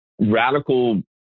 radical